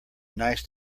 nice